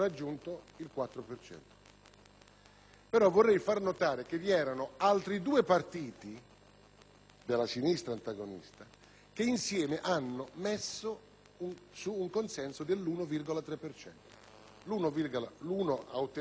della sinistra antagonista che insieme hanno ottenuto su un consenso dell'1, 3 per cento. L'uno ha ottenuto lo 0,7 e l'altro lo 0,6. Se ci fosse stata unità,